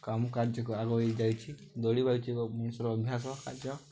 କାମ କାର୍ଯ୍ୟକୁ ଆଗୋଇ ଯାଇଛିି ଦୌଡ଼ିବା ହେଉଛି ଏକ ମଣିଷର ଅଭ୍ୟାସ କାର୍ଯ୍ୟ